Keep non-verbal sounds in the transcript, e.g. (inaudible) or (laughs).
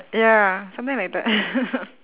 ya something like that (laughs)